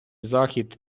захід